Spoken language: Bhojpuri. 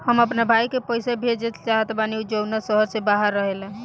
हम अपना भाई के पइसा भेजल चाहत बानी जउन शहर से बाहर रहेला